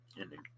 ending